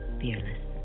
fearless